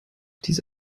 diese